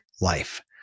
life